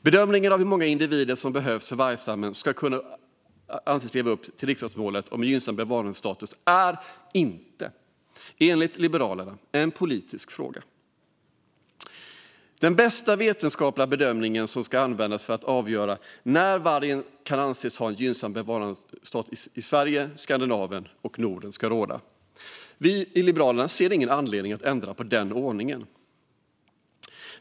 Bedömningen av hur många individer som behövs för att vargstammen ska kunna anses leva upp till riksdagsmålet om en gynnsam bevarandestatus är enligt Liberalerna inte en politisk fråga. Det är den bästa vetenskapliga bedömningen som ska användas för att avgöra när vargen kan anses ha en gynnsam bevarandestatus i Sverige, Skandinavien och Norden. Vi i Liberalerna ser ingen anledning att ändra den ordningen.